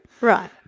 Right